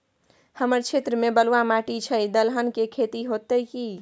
हमर क्षेत्र में बलुआ माटी छै, दलहन के खेती होतै कि?